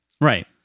Right